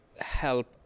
help